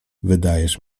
wydajesz